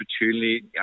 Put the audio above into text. opportunity